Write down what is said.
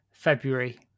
February